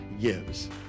gives